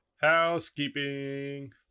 Housekeeping